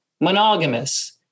monogamous